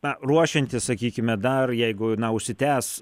na ruošiantis sakykime dar jeigu na užsitęs